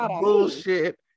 bullshit